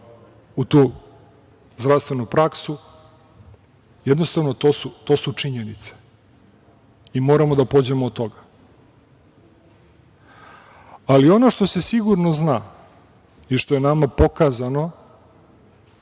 u zdravstvenu praksu. Jednostavno, to su činjenice i moramo da pođemo od toga. Ono što se sigurno zna i što je nama pokazano